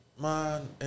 man